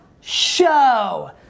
Show